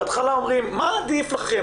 בהתחלה אומרים מה עדיף לכם,